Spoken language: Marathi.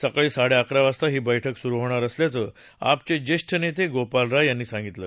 सकाळी साडेअकरा वाजता ही बैठक सुरु होणार असल्याचं आपचे ज्येष्ठ नेते गोपाल राय यांनी सांगितलं